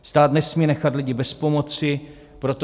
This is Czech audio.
Stát nesmí nechat lidi bez pomoci, proto